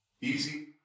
easy